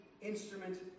instrument